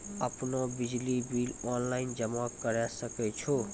आपनौ बिजली bill online जमा करै सकै छौ?